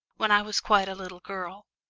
when i was quite a little girl.